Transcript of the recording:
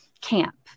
camp